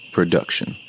Production